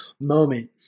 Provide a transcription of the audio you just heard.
moment